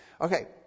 Okay